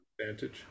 Advantage